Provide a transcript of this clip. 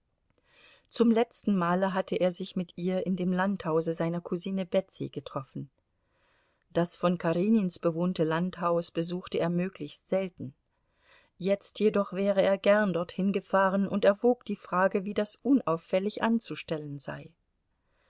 zum letzten male hatte er sich mit ihr in dem landhause seiner cousine betsy getroffen das von karenins bewohnte landhaus besuchte er möglichst selten jetzt jedoch wäre er gern dorthin gefahren und erwog die frage wie das unauffällig anzustellen sei